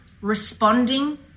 responding